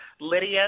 Lydia